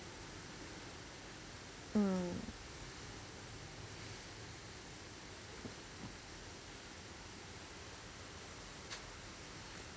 mm